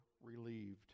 relieved